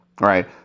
right